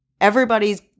everybody's